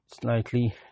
slightly